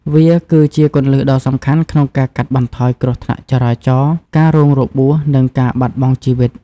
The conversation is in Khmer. វាគឺជាគន្លឹះដ៏សំខាន់ក្នុងការកាត់បន្ថយគ្រោះថ្នាក់ចរាចរណ៍ ការរងរបួស និងការបាត់បង់ជីវិត។